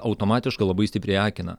automatiškai labai stipriai akina